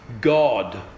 God